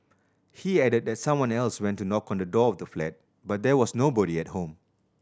he added that someone else went to knock on the door of the flat but there was nobody at home